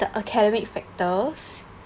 the academic factors